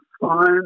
fine